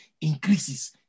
increases